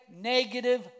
negative